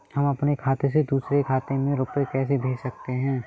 हम अपने खाते से दूसरे के खाते में रुपये कैसे भेज सकते हैं?